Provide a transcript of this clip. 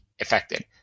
affected